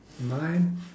mine